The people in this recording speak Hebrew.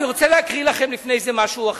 לפני זה אני רוצה להקריא לכם משהו אחר,